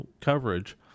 coverage